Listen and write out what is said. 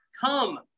Come